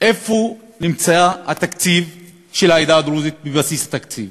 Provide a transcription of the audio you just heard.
איפה נמצא התקציב של העדה הדרוזית בבסיס התקציב.